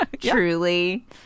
truly